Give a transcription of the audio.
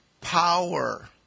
power